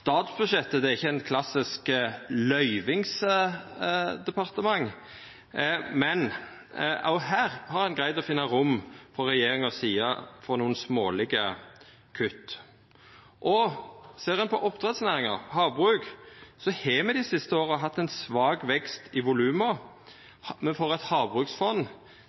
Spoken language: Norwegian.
statsbudsjettet. Det er ikkje eit klassisk løyvingsdepartement, men også her har ein frå regjeringa si side greidd å finna rom for nokre smålege kutt. Ser ein på oppdrettsnæringa, havbruk, har me dei siste åra hatt ein svak vekst i voluma. Me får eit havbruksfond.